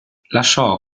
lasciò